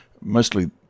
mostly